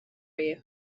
you